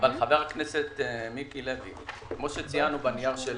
כפי שציינו בנייר שלנו,